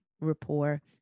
rapport